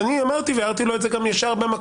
אני אמרתי והערתי לו את זה גם ישר במקום,